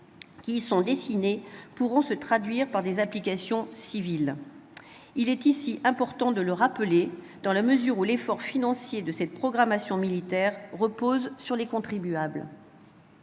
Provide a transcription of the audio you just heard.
qui y sont dessinés pourront se traduire par des applications civiles- il est ici important de le rappeler, dans la mesure où l'effort financier de cette programmation militaire repose sur les contribuables.